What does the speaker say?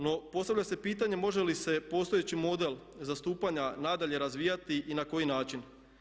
No, postavlja se pitanje može li se postojeći model zastupanja nadalje razvijati i na koji način.